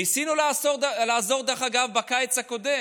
ניסינו לעזור דרך אגב בקיץ הקודם,